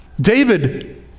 David